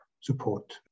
support